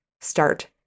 Start